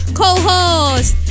co-host